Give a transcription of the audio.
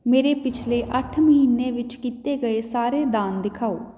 ਮੇਰੇ ਪਿਛਲੇ ਅੱਠ ਮਹੀਨੇ ਵਿੱਚ ਕੀਤੇ ਗਏ ਸਾਰੇ ਦਾਨ ਦਿਖਾਓ